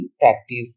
practice